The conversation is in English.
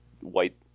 White